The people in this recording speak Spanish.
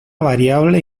variable